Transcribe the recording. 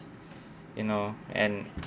you know and